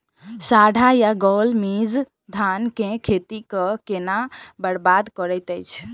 साढ़ा या गौल मीज धान केँ खेती कऽ केना बरबाद करैत अछि?